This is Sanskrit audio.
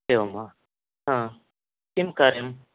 एवं वा किं कार्यं